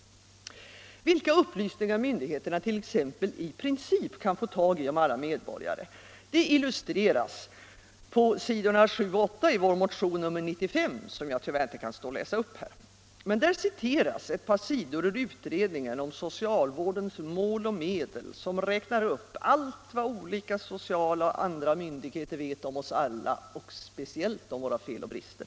Vilka upplysningar som myndigheterna i princip kan få tag i om alla medborgare illustreras på s. 7 och 8 i vår motion 95, som jag tyvärr inte kan stå här och läsa upp. Där citeras ett par sidor ur utredningen om socialvårdens mål och medel, som räknar upp allt vad olika sociala och andra myndigheter vet om oss alla, speciellt om våra fel och brister.